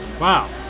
Wow